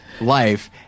life